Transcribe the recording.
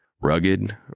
Rugged